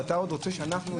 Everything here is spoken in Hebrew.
ואתה עוד רוצה שנסכים?